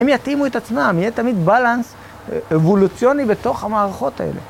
הם יתאימו את עצמם, יהיה תמיד בלנס אבולוציוני בתוך המערכות האלה.